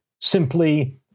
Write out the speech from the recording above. simply